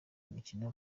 imikino